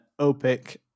opic